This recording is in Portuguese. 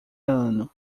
ano